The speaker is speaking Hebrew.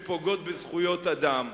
שפוגעות בזכויות אדם.